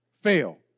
Fail